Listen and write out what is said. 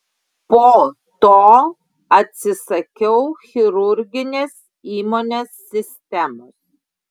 po to atsisakiau chirurginės įmonės sistemos